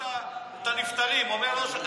אוקיי,